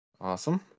Awesome